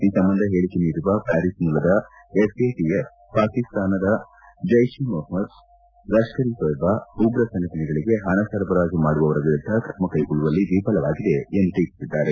ಈ ಸಂಬಂಧ ಹೇಳಿಕೆ ನೀಡಿರುವ ಪ್ವಾರಿಸ್ ಮೂಲದ ಎಫ್ಎಟಿಎಫ್ ಪಾಕಿಸ್ತಾನ ಜೈಶ್ ಇ ಮೊಹ್ಲದ್ ಲಷ್ತರ್ ಇ ತೋಯಿಬಾ ಉಗ್ರ ಸಂಘಟನೆಗಳಿಗೆ ಹಣ ಸರಬರಾಜು ಮಾಡುವವರ ವಿರುದ್ದ ಕ್ರಮ ಕೈಗೊಳ್ಳುವಲ್ಲಿ ವಿಫಲವಾಗಿದೆ ಎಂದು ಟೀಕಿಸಿದ್ದಾರೆ